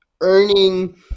Earning